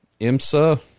IMSA